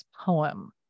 poem